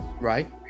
Right